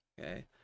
okay